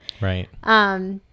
Right